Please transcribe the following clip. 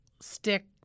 stick